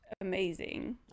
amazing